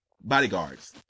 bodyguards